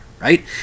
right